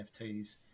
NFTs